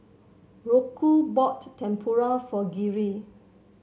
Rocco bought Tempura for Geary